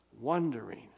wondering